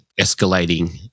escalating